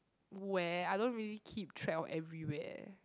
where I don't really keep track of everywhere